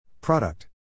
Product